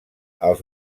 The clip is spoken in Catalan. els